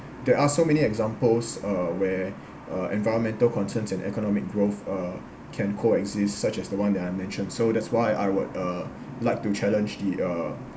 there are so many examples uh where uh environmental concerns and economic growth uh can coexist such as the one that I mentioned so that's why I would uh like to challenge the uh